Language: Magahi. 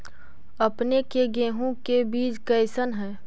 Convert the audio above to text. अपने के गेहूं के बीज कैसन है?